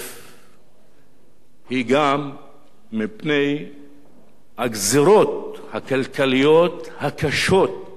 היא גם מפני הגזירות הכלכליות הקשות המוטלות היום